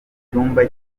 cyumba